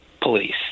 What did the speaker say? police